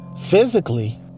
Physically